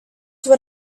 what